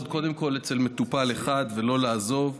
קודם כול אצל מטופל אחד ולא לעזוב,